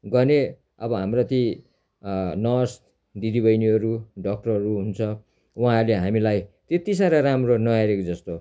गर्ने अब हाम्रो ती नर्स दिदी बहिनीहरू डक्टरहरू हुन्छ उहाँहरूले हामीलाई त्यति साह्रो राम्रो नहेरेको जस्तो